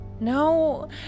No